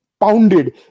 pounded